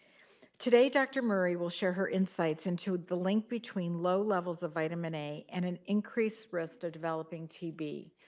today, dr. murray will share her insights into the link between low levels of vitamin a and an increased risk of developing tb.